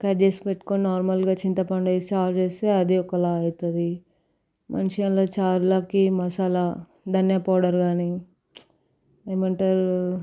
cut చేసి పెట్టుకొని నార్మల్గా చింతపండు వేసి చారు చేస్తే అది ఒక లాగ అవుతుంది మంచిగా అందల చర్లకి మసాలా ధనియా పౌడర్ కాని ఏమంటారు